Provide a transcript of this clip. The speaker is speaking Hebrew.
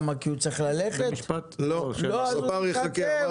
הוא יחכה.